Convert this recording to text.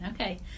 Okay